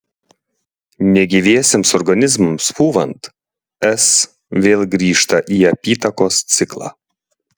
negyviesiems organizmams pūvant s vėl grįžta į apytakos ciklą